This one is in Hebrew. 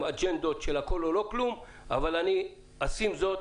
אג'נדה של "הכול או לא כלום" אבל אני אשים זאת,